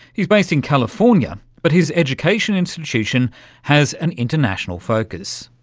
he's based in california, but his education institution has an international focus.